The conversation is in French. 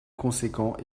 conséquent